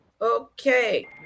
Okay